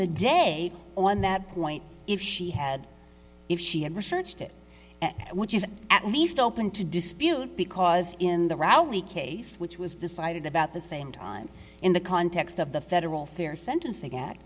the day on that point if she had if she had researched it which is at least open to dispute because in the rally case which was decided about the same time in the context of the federal fair sentencing at